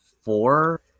four